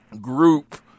group